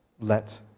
let